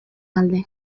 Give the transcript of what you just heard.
alde